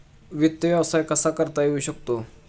वित्त व्यवसाय कसा करता येऊ शकतो?